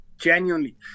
Genuinely